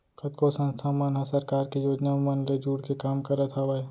कतको संस्था मन ह सरकार के योजना मन ले जुड़के काम करत हावय